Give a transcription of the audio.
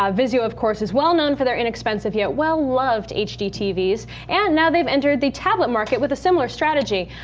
ah vizio, of course, is well known for their inexpensive yet well loved hdtvs and now they have entered the tablet market with a similar strategy.